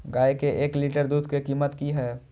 गाय के एक लीटर दूध के कीमत की हय?